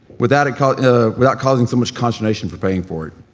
without causing without causing so much consternation for paying for it?